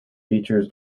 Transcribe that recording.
features